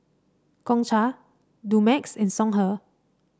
Gongcha Dumex and Songhe